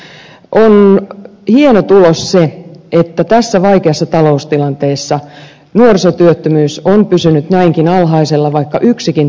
on hieno tulos se että tässä vaikeassa taloustilanteessa nuorisotyöttömyys on pysynyt näinkin alhaisena vaikka yksikin työtön on liikaa